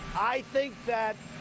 i think that.